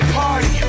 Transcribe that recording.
party